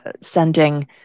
sending